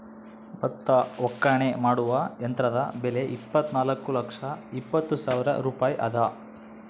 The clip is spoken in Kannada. ಭತ್ತ ಒಕ್ಕಣೆ ಮಾಡುವ ಯಂತ್ರದ ಬೆಲೆ ಇಪ್ಪತ್ತುನಾಲ್ಕು ಲಕ್ಷದ ಎಪ್ಪತ್ತು ಸಾವಿರ ರೂಪಾಯಿ ಅದ